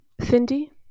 Cindy